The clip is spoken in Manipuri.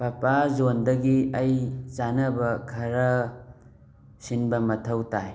ꯄꯄꯥ ꯖꯣꯟꯗꯒꯤ ꯑꯩ ꯆꯥꯅꯕ ꯈꯔ ꯁꯤꯟꯕ ꯃꯊꯧ ꯇꯥꯏ